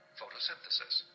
photosynthesis